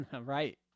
Right